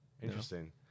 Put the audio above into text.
Interesting